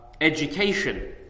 education